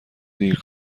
دیر